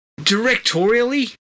Directorially